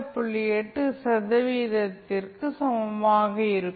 8 சதவிகிதத்திற்கு சமமாக இருக்கும்